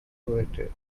pirouetted